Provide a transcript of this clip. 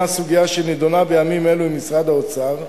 סוגיה שנדונה בימים אלה במשרד האוצר.